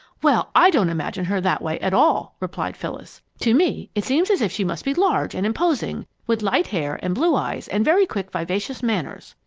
well, i don't imagine her that way at all, replied phyllis. to me it seems as if she must be large and imposing, with light hair and blue eyes and very quick, vivacious manners.